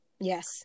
yes